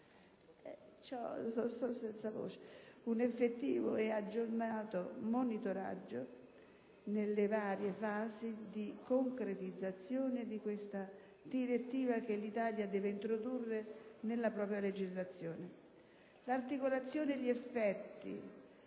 un effettivo e aggiornato monitoraggio nelle varie fasi di concretizzazione di ciascuna direttiva che l'Italia deve introdurre nella propria legislazione. L'articolazione e gli effetti